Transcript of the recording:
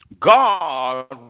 God